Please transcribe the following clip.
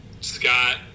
Scott